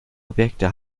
objekte